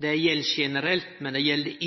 Det gjeld generelt, men det gjeld